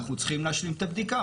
אנחנו צריכים להשלים את הבדיקה.